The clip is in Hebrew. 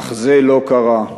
אך זה לא קרה.